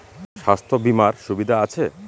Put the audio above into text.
স্বাস্থ্য বিমার সুবিধা আছে?